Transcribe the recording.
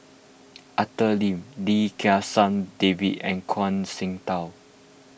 Arthur Lim Lim Kim San David and Zhuang Shengtao